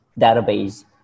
database